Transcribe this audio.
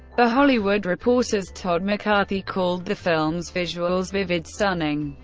the hollywood reporters todd mccarthy called the film's visuals vivid, stunning,